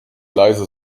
leise